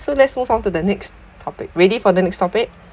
so let's move on to the next topic ready for the next topic